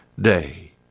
day